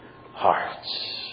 hearts